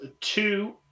two